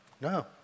No